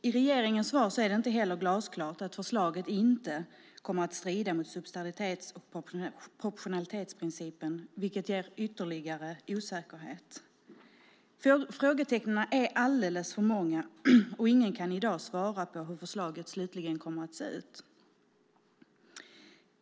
I regeringens svar är det inte heller glasklart att förslaget inte kommer att strida mot subsidiaritets och proportionalitetsprincipen, vilket ger ytterligare osäkerhet. Frågetecknen är alldeles för många, och ingen kan i dag svara på hur förslaget slutligen kommer att se ut.